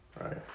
right